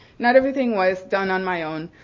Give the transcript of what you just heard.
not everything was done on my own.